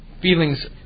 feelings